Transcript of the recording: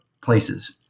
places